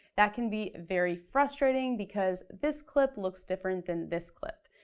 that can be very frustrating because this clip looks different than this clip.